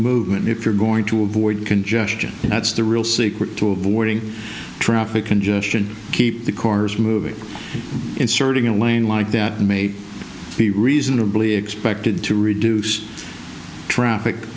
movement if you're going to avoid congestion and that's the real secret to avoiding traffic congestion keep the cars moving inserting a lane like that may be reasonably expected to reduce traffic